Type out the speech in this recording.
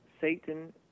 Satan